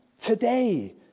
today